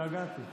התגעגעתי.